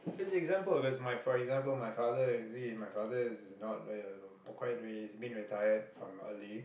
this example is my for example my father you see my father is not a uh he's been retired from quite early